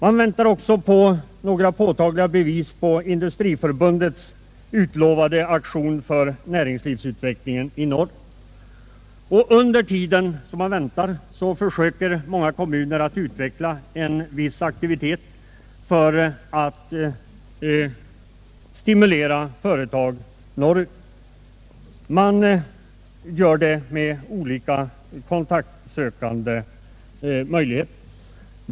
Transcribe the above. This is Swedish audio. Man vill se några påtagliga bevis på Industriförbundets utlovade insatser för näringslivsutvecklingen i norr. Medan man väntar försöker många kommuner utveckla en viss aktivitet för att stimulera företag att lokalisera sig i norr.